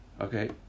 okay